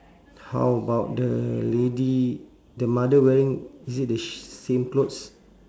how about the lady the mother wearing is it the same clothes